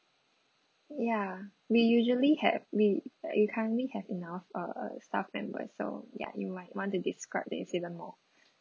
ya we usually have we we currently have enough uh staff members so ya you might want to describe it even more